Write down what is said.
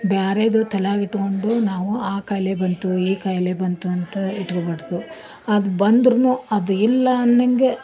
ಬ್ಯಾರೇದು ತಲೆಯಾಗೆ ಇಟ್ಕೊಂಡು ನಾವು ಆ ಕಾಯ್ಲೆ ಬಂತು ಈ ಕಾಯ್ಲೆ ಬಂತು ಅಂತ ಇಟ್ಕೊಬಾರದು ಅದು ಬಂದರೂ ಅದು ಇಲ್ಲಾ ಅನ್ನಂಗೆ